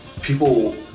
people